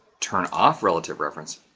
turn off relative reference,